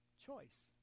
choice